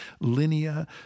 linear